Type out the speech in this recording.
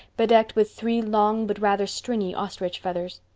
bedecked with three long but rather stringy ostrich feathers.